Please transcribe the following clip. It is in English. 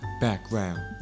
background